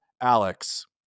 Alex